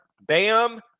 Bam